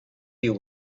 you